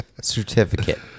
certificate